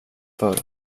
förr